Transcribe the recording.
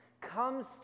Comes